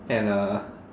and uh